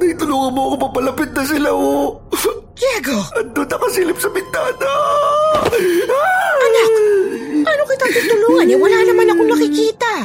Tay, tulungan mo ako, papalapit na sila, oh. Diego! Andun, nakasilip sa bintana. Ah! Anak, ano kitang tutulungan? Yung wala naman akong nakikita.